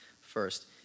first